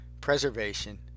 preservation